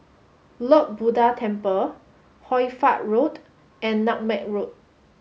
Lord Buddha Temple Hoy Fatt Road and Nutmeg Road